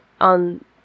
on